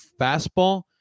fastball